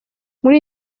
muri